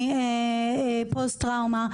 מפוסט טראומה,